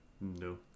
No